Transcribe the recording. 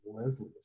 Leslie